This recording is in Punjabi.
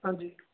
ਹਾਂਜੀ